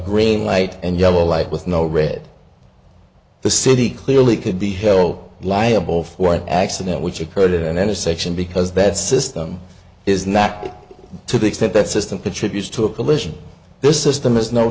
green light and yellow light with no red the city clearly could be held liable for an accident which occurred and intersection because that system is not to the extent that system contributes to a collision the system is no